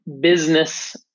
business